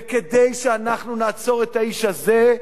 וכדי שאנחנו נעצור את האיש הזה,